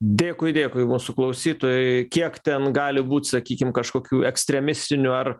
dėkui dėkui mūsų klausytojui kiek ten gali būt sakykim kažkokių ekstremistinių ar